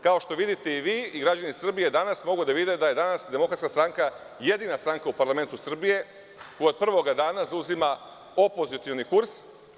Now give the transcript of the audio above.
Kao što vidite i vi, građani Srbije danas mogu da vide da je danas DS jedina stranka u parlamentu Srbije koja od prvog dana zauzima opozicioni kurs.